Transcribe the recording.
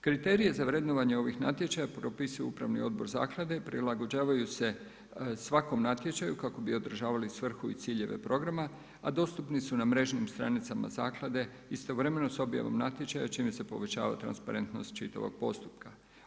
Kriterije za vrednovanje ovih natječaja propisuje upravni odbor zaklade, prilagođavaju se svakom natječaju kako bi održavali svrhu i ciljeve programa a dostupni su na mrežnim stranicama zaklade, istovremeno sa objavom natječaja čime se povećava transparentnost čitavog postupka.